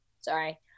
Sorry